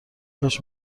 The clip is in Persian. کاش